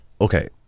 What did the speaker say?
okay